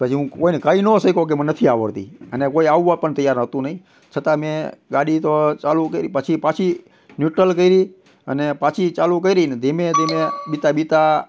પછી હું કોઈ ને કહી ન શક્યો કે મને નથી આવડતી અને કોઈ આવવા પણ તૈયાર હતું નહી છતાં મેં ગાડી તો ચાલુ કરી પછી પાછી ન્યુટ્રલ કરી અને પાછી ચાલુ કરી ને ધીમે ધીમે બીતાં બીતાં